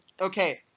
Okay